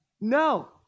No